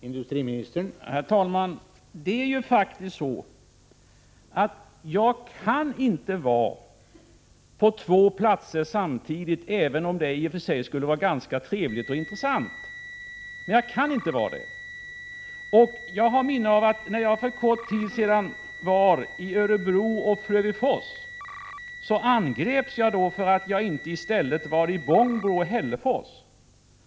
Herr talman! Jag kan faktiskt inte vara på två platser samtidigt, även om det i och för sig skulle vara ganska trevligt och intressant. Jag har ett minne av att jag, när jag för kort tid sedan var i Örebro och Frövifors, angreps för att jag inte i stället var i Bångbro och Hällefors.